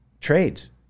Trades